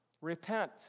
Repent